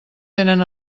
tenen